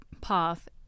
path